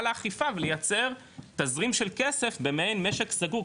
לאכיפה ולייצר תזרים של כסף ומעין משק סגור,